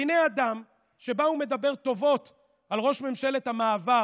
והינה אדם שבא ומדבר טובות על ראש ממשלת המעבר,